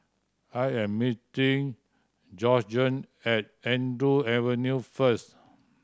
I am meeting Georgene at Andrew Avenue first